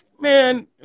man